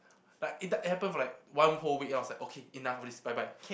like it it happened for like one whole week and I was like okay enough of this bye bye